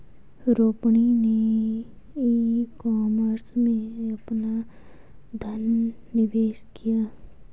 रोहिणी ने e commerce में अपना धन निवेश किया